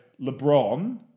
LeBron